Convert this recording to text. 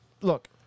Look